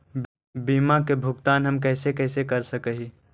बीमा के भुगतान हम कैसे कैसे कर सक हिय?